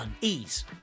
unease